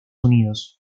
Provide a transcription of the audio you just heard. unidos